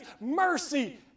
mercy